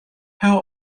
how